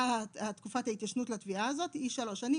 מה תקופת ההתיישנות לתביעה הזאת, היא שלוש שנים.